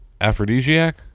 Aphrodisiac